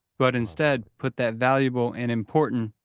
but instead put that valuable and important,